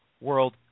World